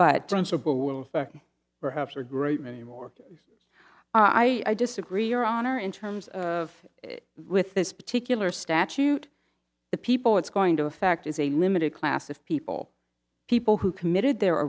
great many more i disagree your honor in terms of with this particular statute the people it's going to affect is a limited class of people people who committed their